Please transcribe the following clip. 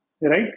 right